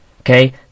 okay